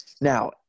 Now